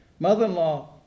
Mother-in-law